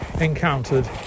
encountered